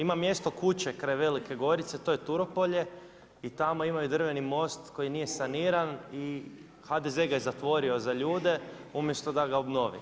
Ima mjesto Kuće kraj Velike Gorice to je Turopolje i tamo imaju drveni most koji nije saniran i HDZ-e ga je zatvorio za ljude umjesto da ga obnovi.